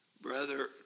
Brother